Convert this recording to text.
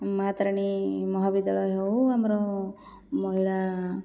ମା ତାରିଣୀ ମହାବିଦ୍ୟାଳୟ ହେଉ ଆମର ମହିଳା